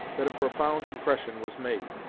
that a profound impression was made.